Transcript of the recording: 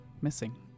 missing